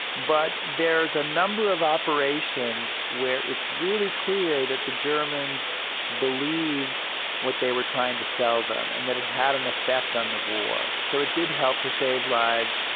but there's a number of operations where it's really clear that the germans believed what they were trying to sell them and that it had an effect on the war. so it did help to save lives,